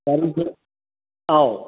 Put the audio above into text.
ꯒꯥꯔꯤꯁꯦ ꯑꯧ